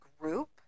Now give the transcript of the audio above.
group